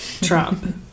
Trump